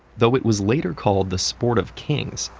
though it was later called the sport of kings,